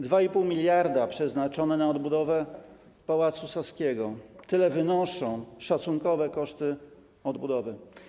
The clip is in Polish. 2,5 mld przeznaczone na odbudowę Pałacu Saskiego - tyle wynoszą szacunkowe koszty odbudowy.